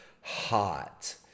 Hot